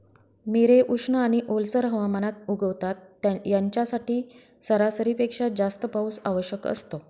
मिरे उष्ण आणि ओलसर हवामानात उगवतात, यांच्यासाठी सरासरीपेक्षा जास्त पाऊस आवश्यक असतो